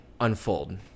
unfold